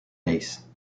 ace